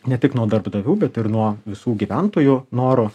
ne tik nuo darbdavių bet ir nuo visų gyventojų noro